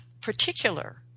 particular